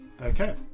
Okay